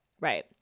right